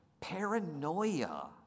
Paranoia